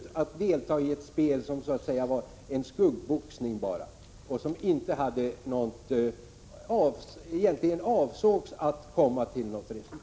Vi har så att säga deltagit i ett spel som bara var skuggboxning och egentligen inte avsågs leda till något resultat.